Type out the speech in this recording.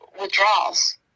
withdrawals